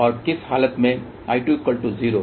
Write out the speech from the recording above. और किस हालत में I20